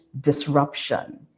disruption